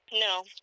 No